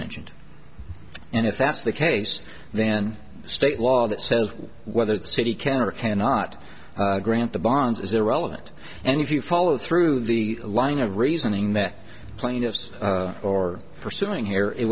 mentioned and if that's the case then state law that says whether the city can or cannot grant the bonds is irrelevant and if you follow through the line of reasoning that plaintiffs or pursuing here it